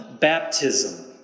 baptism